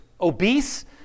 obese